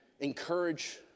encourage